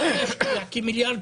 כאשר זה יוקם זה יכניס יותר